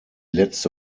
letzte